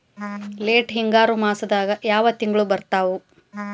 Late ಹಿಂಗಾರು ಮಾಸದಾಗ ಯಾವ್ ತಿಂಗ್ಳು ಬರ್ತಾವು?